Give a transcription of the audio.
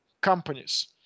companies